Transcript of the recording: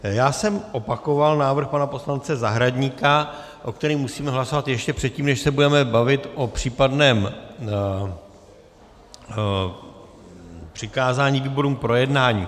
Já jsem opakoval návrh pana poslance Zahradníka, o kterém musíme hlasovat ještě předtím, než se budeme bavit o případném přikázání výborům k projednání.